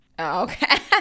Okay